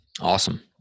Awesome